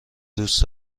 دوست